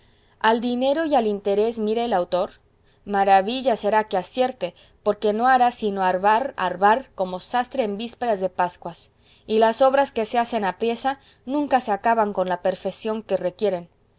al dinero y al interés mira el autor maravilla será que acierte porque no hará sino harbar harbar como sastre en vísperas de pascuas y las obras que se hacen apriesa nunca se acaban con la perfeción que requieren